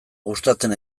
gustatzen